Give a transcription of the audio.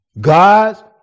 God's